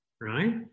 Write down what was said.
right